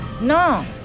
No